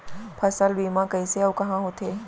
फसल बीमा कइसे अऊ कहाँ होथे?